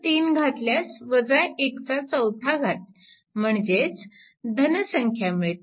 n3 घातल्यास चा चौथा घात म्हणजेच धन संख्या मिळते